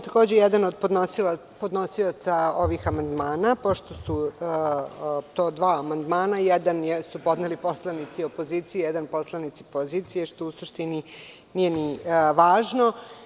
Takođe sam jedan od podnosilaca ovih amandmana, pošto su to dva amandmana, jedan su podneli poslanici opozicije, a jedan poslanici pozicije, što u suštini nije ni važno.